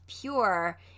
pure